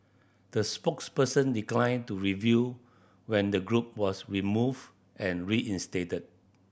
the spokesperson declined to reveal when the group was removed and reinstated